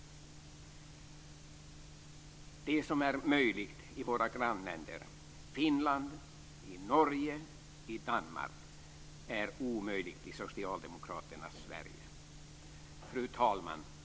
Det som är möjligt i våra grannländer Finland, Norge och Danmark är omöjligt i socialdemokraternas Sverige. Fru talman!